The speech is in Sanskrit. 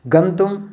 गन्तुम्